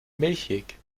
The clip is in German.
milchig